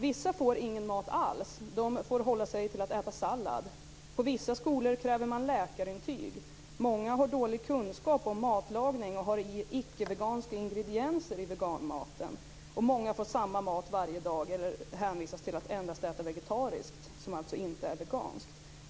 Vissa får ingen mat alls utan får hålla sig till att äta sallad. På vissa skolor krävs läkarintyg för veganer. På många skolor har man dålig kunskap om vegansk matlagning och blandar in icke-veganska ingredienser i veganmaten. Många får samma mat varje dag eller hänvisas till att endast äta vegetariskt, vilket inte är detsamma som veganskt.